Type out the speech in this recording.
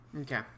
Okay